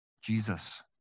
Jesus